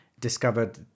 discovered